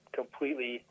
completely